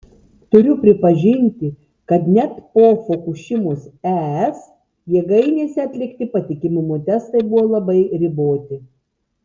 turiu pripažinti kad net po fukušimos es jėgainėse atlikti patikimumo testai buvo labai riboti